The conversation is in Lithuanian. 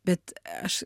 bet aš